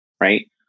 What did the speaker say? right